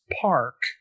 park